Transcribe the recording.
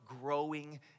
growing